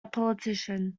politician